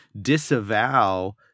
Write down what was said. disavow